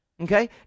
Okay